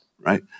Right